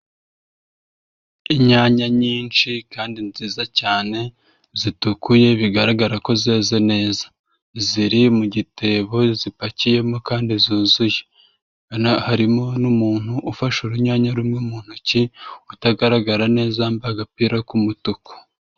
Inyanya nyinshi kandi nziza cyane zitukuye bigaragara ko zeze neza ziri mu gitebo zipakiyemo kandi zuzuye harimo n'umuntu ufashe urunyanya rumwe mu ntoki utagaragara neza yambaye agapira k'umutuku.